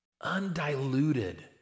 Undiluted